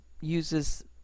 uses